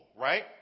right